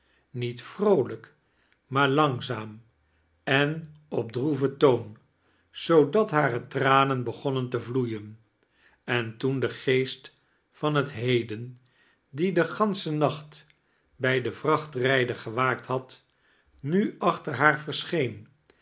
niet vroolijk maar langzaam en op droeven toon zoodat hare tranen begonmen te vloeien en toen de geest van heit heden die den gansehen nacht bij den vrachtrijder gewaakt had na achter haar